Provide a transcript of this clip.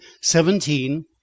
seventeen